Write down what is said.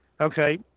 Okay